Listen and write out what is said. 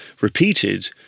repeated